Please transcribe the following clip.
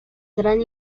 gran